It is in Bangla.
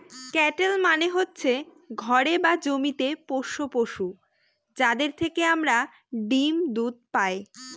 ক্যাটেল মানে হচ্ছে ঘরে বা জমিতে পোষ্য পশু, যাদের থেকে আমরা ডিম দুধ পায়